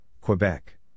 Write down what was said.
Quebec